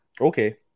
Okay